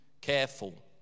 careful